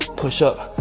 push up